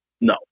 No